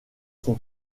sont